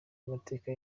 amateka